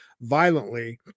violently